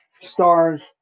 stars